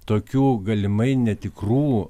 tokių galimai netikrų